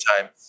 time